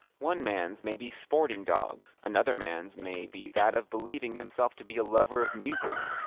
one man's may be sporting dogs another man's may be that of believing himself to be a lover of music,